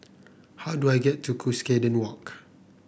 how do I get to Cuscaden Walk